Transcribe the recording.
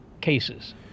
cases